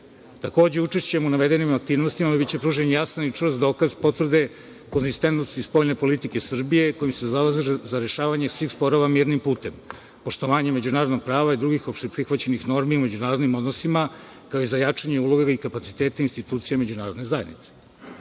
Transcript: Takođe, učešćem u navedenim aktivnostima biće pružen jasan i čvrst dokaz potvrde konzistentnosti spoljne politike Srbije, kojom se zalaže za rešavanje svih sporova mirnim putem, poštovanjem međunarodnog prava i drugih opšte prihvaćenih normi u međunarodnim odnosima, kao i za jačanje uloge i kapaciteta institucija međunarodne zajednice.“Ono